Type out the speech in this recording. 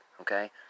okay